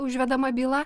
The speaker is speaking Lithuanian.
užvedama byla